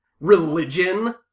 religion